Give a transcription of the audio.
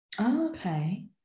okay